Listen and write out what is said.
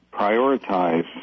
prioritize